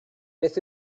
beth